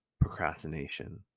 procrastination